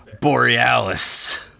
Borealis